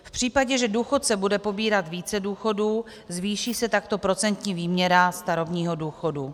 V případě, že důchodce bude pobírat více důchodů, zvýší se takto procentní výměra starobního důchodu.